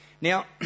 Now